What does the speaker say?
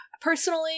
Personally